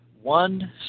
one